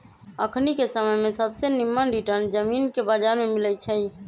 अखनिके समय में सबसे निम्मन रिटर्न जामिनके बजार में मिलइ छै